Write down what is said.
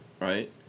Right